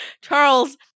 Charles